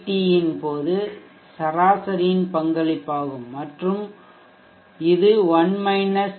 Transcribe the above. யின் போது சராசரியின் பங்களிப்பாகும் மற்றும் இது 1 டி